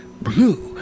blue